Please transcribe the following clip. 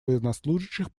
военнослужащих